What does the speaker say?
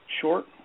short